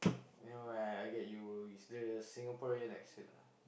never mind I get you bro it's the Singaporean accent ah